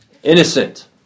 Innocent